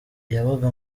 yabaga